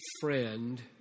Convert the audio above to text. friend